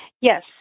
Yes